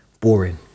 boring